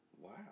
Wow